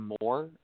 more